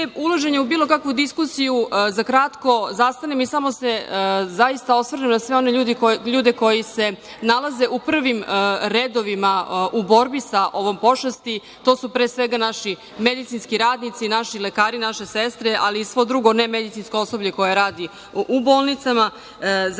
ulaženja u bilo kakvu diskusiju za kratko zastanem i samo se zaista osvrnem na sve one ljude koji se nalaze u prvim redovima u borbi sa ovom pošasti, to su, pre svega, naši medicinski radnici, naši lekari, naše sestre ali i svo drugo nemedicinsko osoblje koje radi u bolnicama, zatim